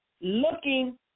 looking